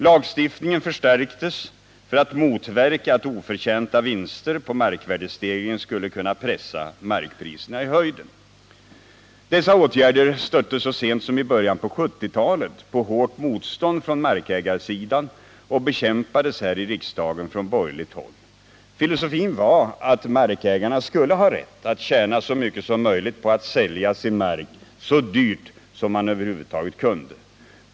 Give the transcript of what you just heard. Lagstiftningen förstärktes för att motverka att oförtjänta vinster på markvärdestegring skulle kunna pressa markpriserna i höjden. Dessa åtgärder stötte så sent som i början på 1970-talet på hårt motstånd från markägarsidan, och de bekämpades här i riksdagen från borgerligt håll. Filosofin var att markägarna skulle ha rätt att tjäna så mycket som möjligt på att sälja sin mark så dyrt som man över huvud taget kunde.